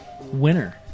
winner